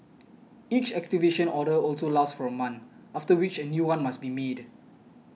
each activation order also lasts for a month after which a new one must be made